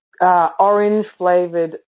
orange-flavored